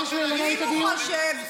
צריך להסביר לו שאתה לא מפחיד.